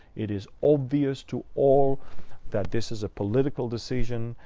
it is obvious to all that this is a political decision.